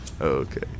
Okay